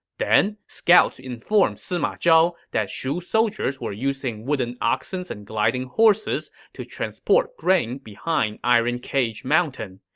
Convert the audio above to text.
then, scouts informed sima zhao that shu soldiers were using wooden oxens and gliding horses to transport grain behind iron cage mountain.